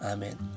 Amen